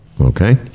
Okay